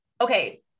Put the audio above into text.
okay